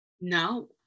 No